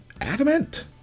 adamant